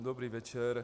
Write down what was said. Dobrý večer.